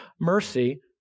mercy